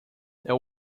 there